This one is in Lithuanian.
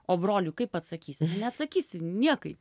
o broliui kaip atsakysi nu neatsakysi niekaip